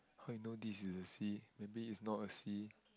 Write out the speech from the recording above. would you know this is a C maybe it's not a C